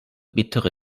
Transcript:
bittere